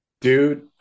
Dude